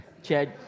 Chad